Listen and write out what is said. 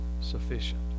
sufficient